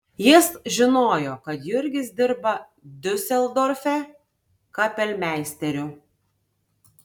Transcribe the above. jis žinojo kad jurgis dirba diuseldorfe kapelmeisteriu